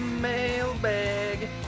Mailbag